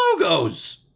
logos